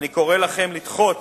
אני קורא לכם לדחות